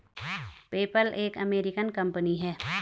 PayPal एक American company है